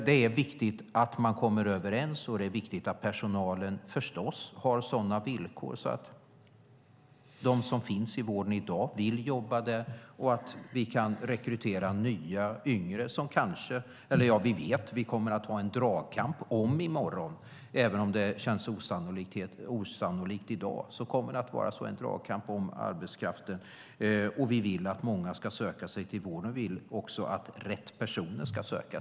Det är viktigt att man kommer överens, och det är viktigt att personalen, förstås, har sådana villkor att de som finns i vården i dag vill fortsätta att jobba där och att vi också kan rekrytera nya och yngre krafter, som vi vet att vi kommer att ha en dragkamp om i morgon. Även om det känns osannolikt i dag kommer det att bli en dragkamp om arbetskraften. Vi vill att många ska söka sig till vården, och vi vill att rätt personer ska söka.